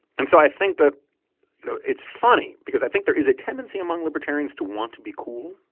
and so i think that you know it's funny because i think there is a tendency among libertarians to want to be cool.